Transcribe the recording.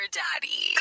daddy